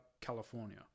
California